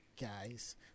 guys